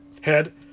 head